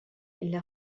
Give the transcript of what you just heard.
إلى